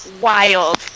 wild